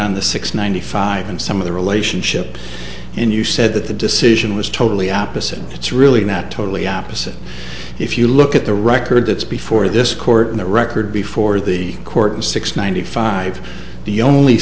on the six ninety five and some of the relationship and you said that the decision was totally opposite it's really not totally opposite if you look at the record that's before this court record before the court and six ninety five the only